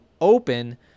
open